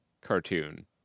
cartoon